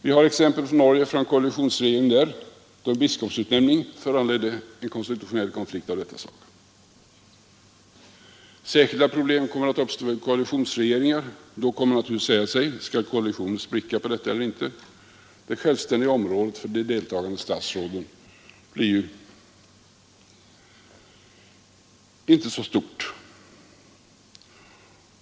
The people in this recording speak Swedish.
Vi har exempel från en koalitionsregering i Norge, där en biskopsutnämning föranledde en konstitutionell konflikt av detta slag. Särskilda problem kommer att uppstå i koalitionsregeringar. Man kommer naturligtvis att fråga: Skall koalitionen spricka på detta eller inte? Det självständiga området för de deltagande statsråden blir ju inte så stort.